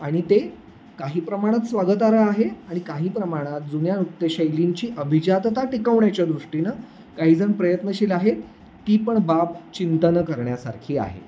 आणि ते काही प्रमाणात स्वागतार्ह आहे आणि काही प्रमाणात जुन्या नृत्यशैलींची अभिजातता टिकवण्याच्या दृष्टीनं काहीजण प्रयत्नशील आहेत ती पण बाब चिंतन करण्यासारखी आहे